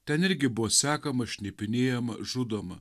ten irgi buvo sekama šnipinėjama žudoma